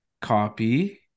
Copy